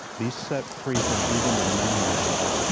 be set free from even the memory of it,